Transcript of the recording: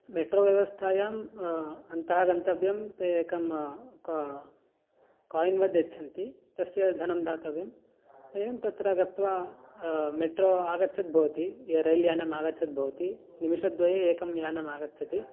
metro व्यवस्थायाम् अन्तः गन्तव्यं ते एकं का कायिन्वत् यच्छन्ति तस्य धनं दातव्यम् एवं तत्र गत्वा मेट्रो आगच्छन् भवति ये रैल् यानम् आगच्छद् भवति निमिषद्वये एकं यानम् आगच्छति